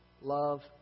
love